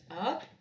up